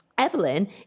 Evelyn